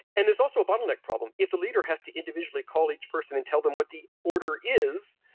and there's also a bottleneck problem. if the leader has to individually call each person and tell them what the order is,